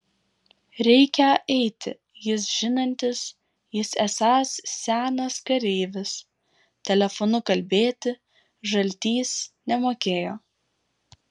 reikią eiti jis žinantis jis esąs senas kareivis telefonu kalbėti žaltys nemokėjo